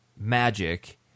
magic